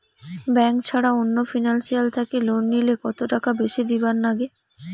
Bank ছাড়া অন্য financial থাকি লোন নিলে কতটাকা বেশি দিবার নাগে?